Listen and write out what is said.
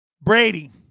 Brady